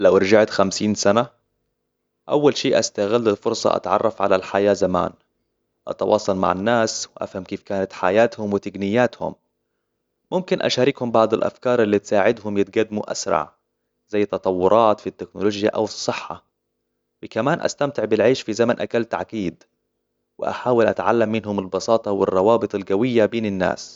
لو رجعت خمسين سنة، أول شيء أستغل الفرصة أتعرف على الحياة زمان. أتواصل مع الناس وأفهم كيف كانت حياتهم وتقنياتهم. ممكن أشاركهم بعض الأفكار اللي تساعدهم يتقدموا أسرع زي التطورات في التكنولوجيا أو الصحة. كمان أستمتع بالعيش في زمن أقل تعقيد. وأحاول أتعلم منهم البساطة والروابط القوية بين الناس.